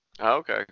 Okay